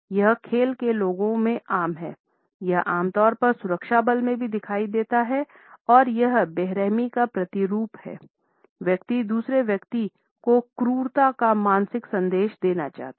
यह खेल के लोगों में आम है यह आमतौर पर सुरक्षा बलों में भी दिखाई देता है और यह बेरहमी का प्रतिरूप हैव्यक्ति दूसरे व्यक्ति को क्रूरता का मानसिक संदेश देना चाहता है